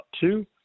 two